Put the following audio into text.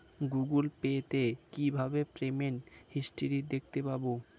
Google Pay তে কিভাবে payment history দেখতে পারবো?